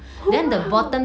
oh !wow!